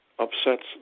upsets